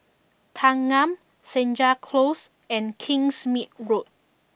Thanggam Senja Close and Kingsmead Road